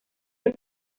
que